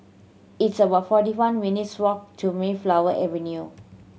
it's about forty one minutes' walk to Mayflower Avenue